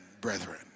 brethren